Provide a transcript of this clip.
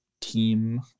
team